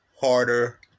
harder